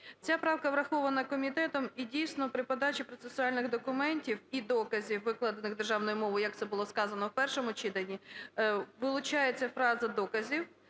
Ця правка врахована комітетом і, дійсно, при подачі процесуальних документів і доказів, викладених державною мовою, як це було сказано в першому читанні, вилучається фраза "доказів",